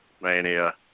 Mania